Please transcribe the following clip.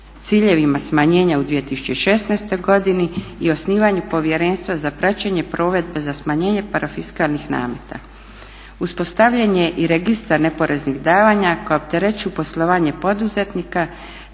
ciljevima smanjenja u 2016. godini i osnivanju Povjerenstva za praćenje provedbe za smanjenje parafiskalnih nameta. Uspostavljen je i Registar neporeznih davanja koja opterećuju poslovanje poduzetnika